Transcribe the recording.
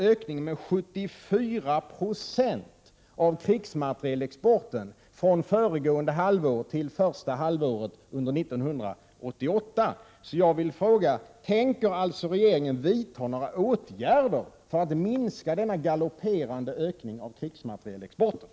Ökningen är 74 96 under ett halvår fram till första halvåret under 1988. Jag vill fråga: Tänker regeringen vidta några åtgärder för att minska denna galopperande ökning av krigsmaterielexporten?